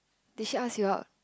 did she ask you out